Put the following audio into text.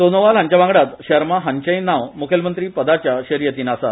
सोनोवाल हांचेवांगडाच शर्मा हांचेय नाव म्खेलमंत्रीपदाच्या सर्तीन आसा